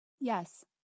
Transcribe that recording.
yes